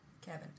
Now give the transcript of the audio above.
Kevin